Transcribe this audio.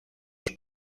los